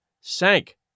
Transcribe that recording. sank